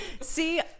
See